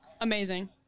amazing